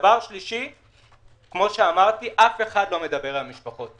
כפי שאמרתי, אף אחד לא מדבר על המשפחות.